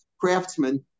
Craftsmen